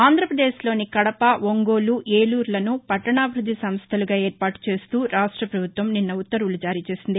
ఆంధ్రాపదేశ్లోని కడప ఒంగోలు ఏలూరులను పట్టణాభివృద్ది సంస్థలుగా ఏర్పాటు చేస్తూ రాష్ట ప్రభుత్వం నిన్న ఉత్తర్వులు జారీ చేసింది